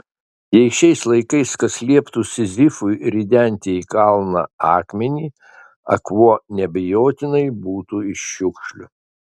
jei šiais laikais kas lieptų sizifui ridenti į kalną akmenį akmuo neabejotinai būtų iš šiukšlių